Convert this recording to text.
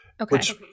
Okay